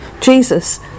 Jesus